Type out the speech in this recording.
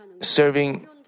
serving